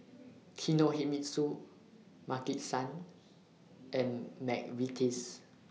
Kinohimitsu Maki San and Mcvitie's